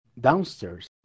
downstairs